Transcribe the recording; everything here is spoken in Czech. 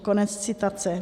Konec citace.